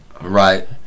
Right